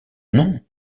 non